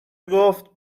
گفت